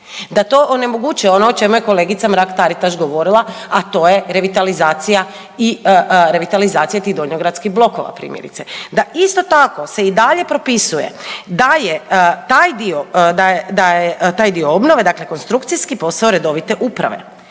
Da to onemogućuje, ono o čemu je kolegica Mrak-Taritaš govorila, a to je revitalizacija i revitalizacija tih donjogradskih blokova, primjerice. Da isto tako, se i dalje propisuje da je taj dio, da je taj obnove, dakle konstrukcijski, posao redovite uprave.